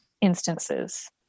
instances